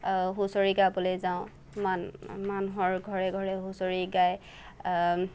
হুঁচৰি গাবলৈ যাওঁ মান মানুহৰ ঘৰে ঘৰে হুঁচৰি গাই